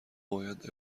باید